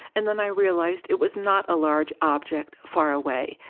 and then i realized it was not a large object, far away,